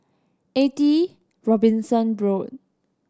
Eighty Robinson Road